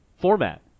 format